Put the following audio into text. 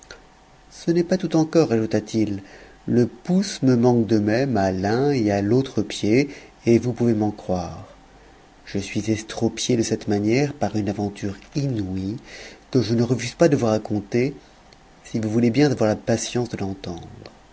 ce n'est pas tout encore ajouta-t-il le pouce me manque de même à l'un et à l'autre pied et vous pouvez m'en croire je suis estropié de cette manière par une aventure inouïe que je ne refuse pas de vous raconter si vous voulez bien avoir la patience de l'entendre